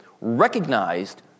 recognized